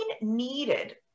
needed